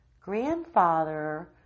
grandfather